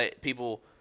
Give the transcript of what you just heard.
people